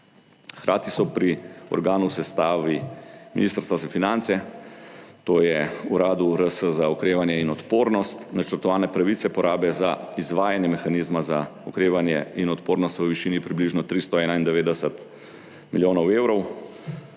Hkrati so pri organu v sestavi Ministrstva za finance, to je Uradu RS za okrevanje in odpornost, načrtovane pravice porabe za izvajanje mehanizma za okrevanje in odpornost v višini približno 391 milijonov evrov.